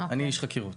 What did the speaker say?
אני איש חקירות.